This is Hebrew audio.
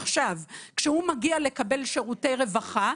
כשהוא מגיע לקבל שירותי רווחה,